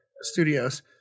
studios